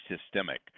systemic